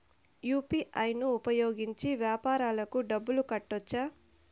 UPI ను ఉపయోగించి వ్యాపారాలకు డబ్బులు కట్టొచ్చా?